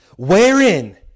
Wherein